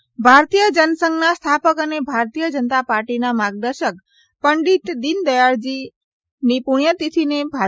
પંડિત દિનદાયલજી ભારતીય જનસંઘના સ્થાપક અને ભારતીય જનતા પાર્ટીના માર્ગદર્શક પંડિત દિનદાયાળજીની પુસ્યતિથિને ભા